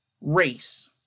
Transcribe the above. race